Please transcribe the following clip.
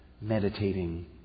meditating